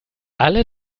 alle